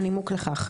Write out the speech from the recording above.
הנימוק לכך,